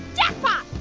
jackpot.